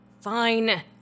Fine